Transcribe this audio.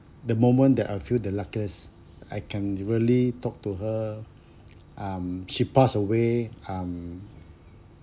the moment that I feel the luckiest I can really talk to her um she passed away um